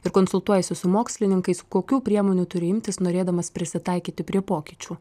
ir konsultuojasi su mokslininkais kokių priemonių turi imtis norėdamas prisitaikyti prie pokyčių